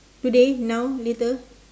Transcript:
today now later